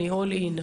אני נרתמת לגמרי.